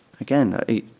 again